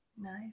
Nice